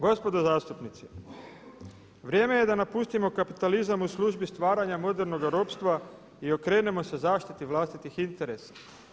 Gospodo zastupnici vrijeme je da napustimo kapitalizam u službi stvaranja modernoga ropstva i okrenemo se zaštiti vlastitih interesa.